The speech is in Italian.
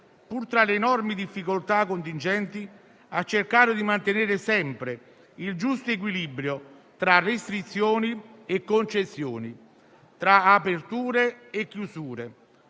pur tra le enormi difficoltà contingenti, ha cercato di mantenere sempre il giusto equilibrio tra restrizioni e concessioni, tra aperture e chiusure,